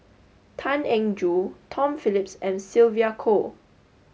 Tan Eng Joo Tom Phillips and Sylvia Kho